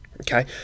okay